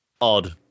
Odd